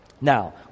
Now